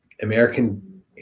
American